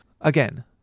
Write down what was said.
Again